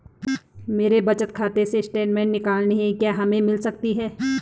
मेरे बचत खाते से स्टेटमेंट निकालनी है क्या हमें मिल सकती है?